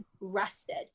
rested